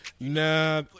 Nah